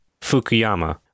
fukuyama